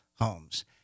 homes